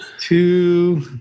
two